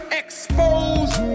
exposed